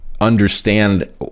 understand